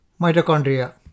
mitochondria